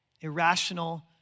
Irrational